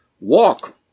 walk